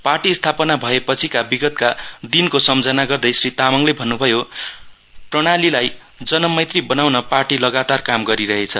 party स्थापना भएपछिका विगतका दिनको सम्झना गर्दै श्री तामाङले भन्न्भयो प्रणालीलाई जनमैत्री बनाउन पार्टी लगातार काम गरिरहेछ